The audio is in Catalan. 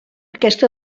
aquest